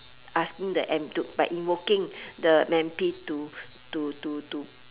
asking the M to by invoking the M_P to to to to